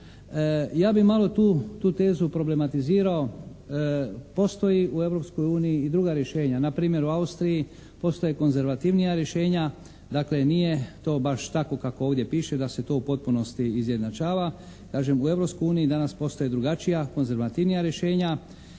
Ja bih malo tu tezu problematizirao. Postoji u Europskoj uniji i druga rješenja. Na primjer u Austriji postoje konzervativnija rješenja, dakle nije to baš tako kako ovdje piše da se to u potpunosti izjednačava. Kažem u Europskoj uniji danas postoji drugačija, konzervativnija rješenja.